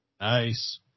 Nice